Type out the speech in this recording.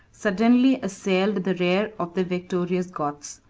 suddenly assailed the rear of the victorious goths.